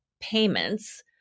payments